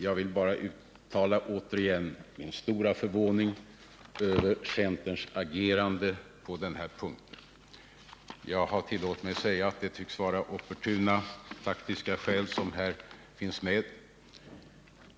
Jag vill bara återigen uttala min stora förvåning över centerns agerande på den här punkten. Det tycks här finnas med, har jag tillåtit mig att säga, opportuna taktiska skäl.